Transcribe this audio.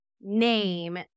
name